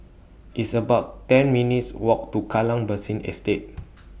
It's about ten minutes' Walk to Kallang Basin Estate